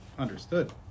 understood